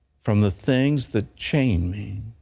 from the things that chain me,